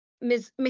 Miss